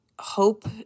hope